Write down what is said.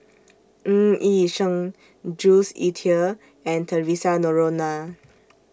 Ng Yi Sheng Jules Itier and Theresa Noronha